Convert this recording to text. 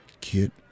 Kid